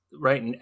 right